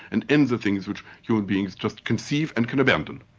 and ends of things which human beings just conceive and can abandon.